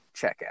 checkout